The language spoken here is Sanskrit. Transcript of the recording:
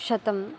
शतम्